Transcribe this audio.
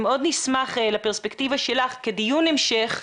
מאוד נשמח לפרספקטיבה שלך כדיון המשך.